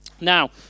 now